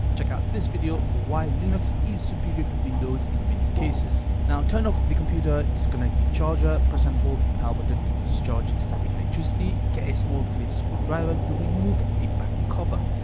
check out this video for why linux is superior to windows in many cases. now turn off the computer, disconnect the charger, press and hold the power button to discharge static electricity, get a small philips screwdriver to remove the back cover.